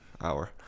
hour